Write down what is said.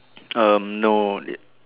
um no